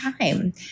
time